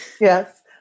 Yes